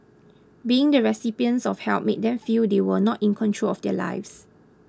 being the recipients of help made them feel they were not in control of their lives